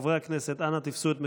חברי הכנסת, אנא תפסו את מקומותיכם,